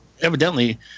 evidently